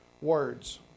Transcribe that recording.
words